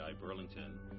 Burlington